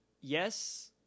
Yes